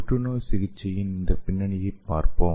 புற்றுநோய் சிகிச்சையின் இந்த பின்னணியைப் பார்ப்போம்